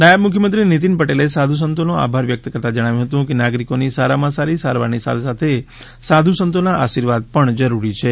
નાયબ મુખ્યમંત્રી નીતિન પટેલે સાધુ સંતોનો આભાર વ્યક્ત કરતાં જણાવ્યું હતું કે નાગરિકોની સારામાં સારી સારવારની સાથે સાથે સાધુસંતોના આશીર્વાદ પણ જરૂરી છે